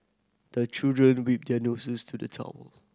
the children wipe their noses to the towel